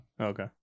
Okay